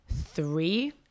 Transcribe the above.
three